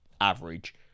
average